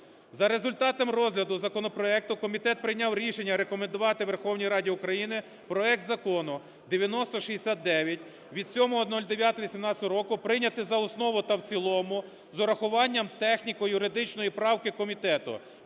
За результатом розгляду законопроекту комітет прийняв рішення рекомендувати Верховній Раді України проект Закону 9069 від 07.09.2018 року прийняти за основу та в цілому з урахуванням техніко-юридичної правки комітету: